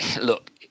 look